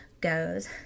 goes